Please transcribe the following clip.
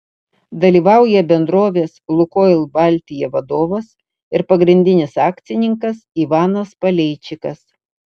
dalyvauja bendrovės lukoil baltija vadovas ir pagrindinis akcininkas ivanas paleičikas